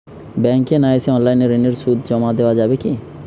ব্যাংকে না এসে অনলাইনে ঋণের সুদ জমা দেওয়া যাবে কি?